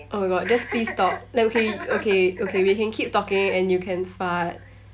oh my god just please stop like okay okay okay we can keep talking and you can fart